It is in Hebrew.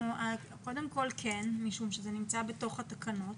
קודם כל כן משום שזה נמצא בתוך התקנות,